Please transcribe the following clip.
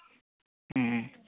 ᱦᱮᱸ